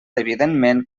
evidentment